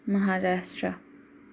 Maharashtra